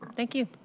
thank you.